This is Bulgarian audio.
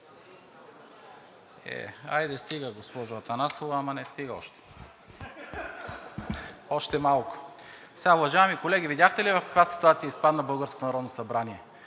хайде стига, госпожо Атанасова, ама не стига още. Още малко! Уважаеми колеги, видяхте ли в каква ситуация изпадна